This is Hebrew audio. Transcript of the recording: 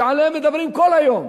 שעליהם מדברים כל היום,